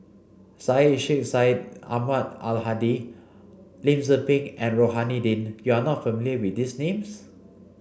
Syed Sheikh Syed Ahmad Al Hadi Lim Tze Peng and Rohani Din you are not familiar with these names